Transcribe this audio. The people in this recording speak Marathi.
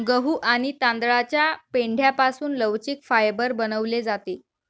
गहू आणि तांदळाच्या पेंढ्यापासून लवचिक फायबर बनवले जाते